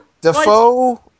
Defoe